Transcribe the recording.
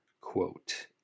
quote